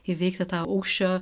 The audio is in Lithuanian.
įveikti tą aukščio